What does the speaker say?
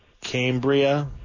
Cambria